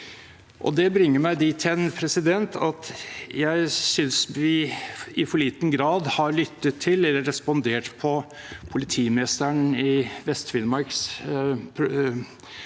Det bringer meg dit hen at jeg synes vi i for liten grad har lyttet til eller respondert på politimesteren i VestFinnmarks